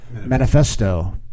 manifesto